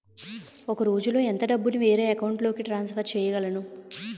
ఒక రోజులో ఎంత డబ్బుని వేరే అకౌంట్ లోకి ట్రాన్సఫర్ చేయగలను?